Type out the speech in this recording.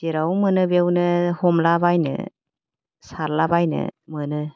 जेराव मोनो बेयावनो हमला बायनो सारला बायनो मोनो